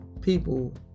people